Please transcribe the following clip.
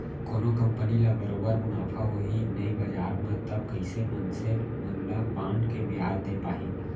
कोनो कंपनी ल बरोबर मुनाफा होही नइ बजार म तब कइसे मनसे मन ल बांड के बियाज दे पाही